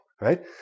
Right